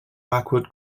blackwood